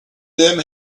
them